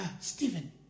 Stephen